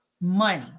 money